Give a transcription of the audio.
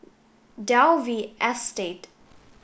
Dalvey Estate